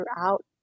throughout